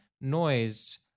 noise